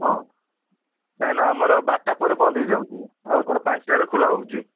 ହଁ କାହିଁକି ନା ଆମର ବାରଟା ପରେ ବନ୍ଦ ହେଇ ଯାଉଛି ଆଉ ଥରେ ପାଞ୍ଚଟାରେ ଖୋଲା ହେଉଛି